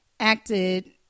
acted